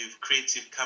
creative